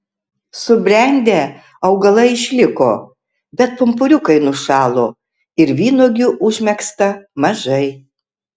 subrendę augalai išliko bet pumpuriukai nušalo ir vynuogių užmegzta mažai